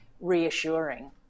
reassuring